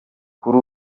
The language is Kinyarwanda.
kuri